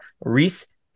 Reese